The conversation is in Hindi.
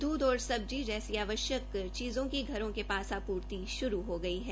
दूध और सब्जी जैसी आवश्यक चीर्जों की घरों के पास आपूर्ति शुरू हो गई है